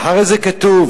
ואחרי זה כתוב: